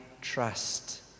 trust